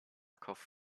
cough